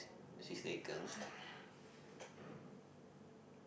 she is taken